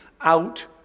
out